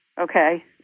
okay